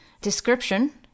description